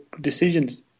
decisions